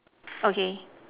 okay